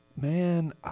Man